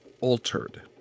altered